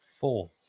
four